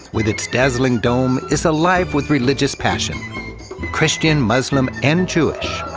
with its dazzling dome, is alive with religious passion christian, muslim, and jewish.